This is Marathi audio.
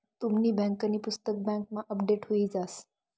तुमनी बँकांनी पुस्तक बँकमा अपडेट हुई जास